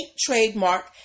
trademark